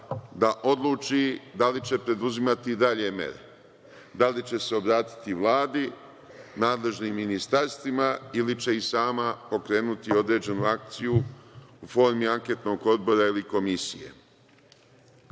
da odluči da li će preduzimati dalje mere, da li će se obratiti Vladi, nadležnim ministarstvima ili će i sama pokrenuti određenu akciju u formi anketnog odbora ili komisije. Ovde